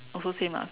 also same lah